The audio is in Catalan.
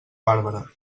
bàrbara